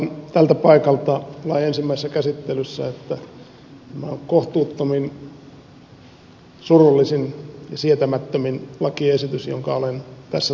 sanoin tältä paikalta lain ensimmäisessä käsittelyssä että tämä on kohtuuttomin surullisin ja sietämättömin lakiesitys jonka olen tässä talossa tavannut